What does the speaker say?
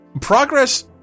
Progress